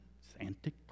Santa